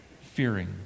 fearing